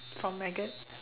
for maggots